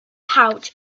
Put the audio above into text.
pouch